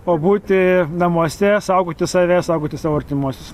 o būti namuose saugoti save saugoti savo artimuosius